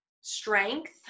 strength